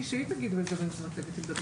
אנחנו מדברים על החקיקה הרלוונטית בחקיקה שלנו,